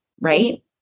right